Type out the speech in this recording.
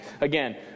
Again